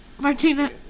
Martina